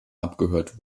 abgehört